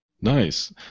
Nice